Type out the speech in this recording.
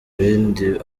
bindi